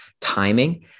timing